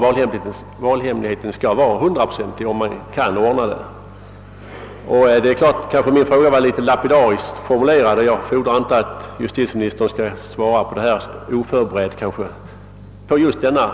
Valhemligheten skall vara hundraprocentig, om detta går att ordna. Min fråga kanske var något lapidarisk, och lag fordrar inte att justitieministern oförberedd skall lämna ett svar.